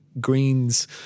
greens